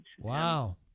Wow